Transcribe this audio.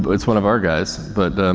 but it's one of our guys. but,